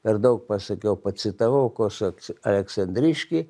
per daug pasakiau pacitavau kosoc aleksandriškį